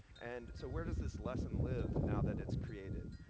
and so, where does this lesson live now that it's created?